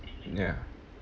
ya